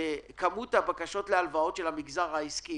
כמות הבקשות להלוואות של המגזר העסקי